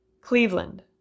Cleveland